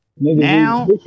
Now